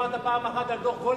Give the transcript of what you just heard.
פעם אחת לא דיברת על דוח-גולדסטון.